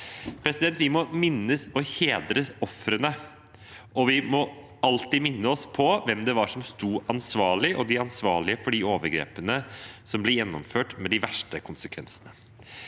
igjen. Vi må minnes og hedre ofrene, og vi må alltid minne oss på hvem som sto ansvarlig, hvem som var ansvarlig for de overgrepene som ble gjennomført med de verste konsekvensene.